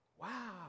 Wow